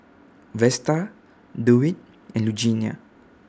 Vesta Dewitt and Lugenia